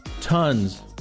tons